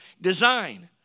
design